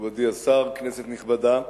מכובדי השר, כנסת נכבדה,